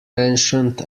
mentioned